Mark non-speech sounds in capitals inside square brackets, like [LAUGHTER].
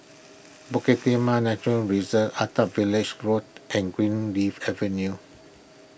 [NOISE] Bukit Timah Nature Reserve Attap Valley's Road and Greenleaf Avenue